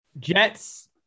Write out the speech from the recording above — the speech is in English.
Jets